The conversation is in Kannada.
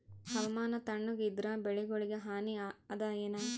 ಹವಾಮಾನ ತಣುಗ ಇದರ ಬೆಳೆಗೊಳಿಗ ಹಾನಿ ಅದಾಯೇನ?